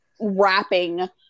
wrapping